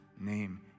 name